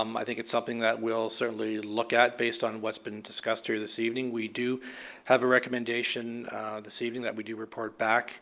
um i think it's something that we'll certainly look at based on what's been discussed here this evening. we do have a recommendation this evening that we do report back